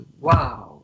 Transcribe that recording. wow